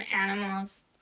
animals